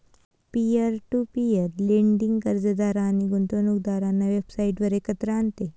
peer to peer lending कर्जदार आणि गुंतवणूकदारांना वेबसाइटवर एकत्र आणते